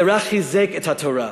זה רק חיזק את התורה.